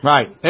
Right